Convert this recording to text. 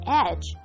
edge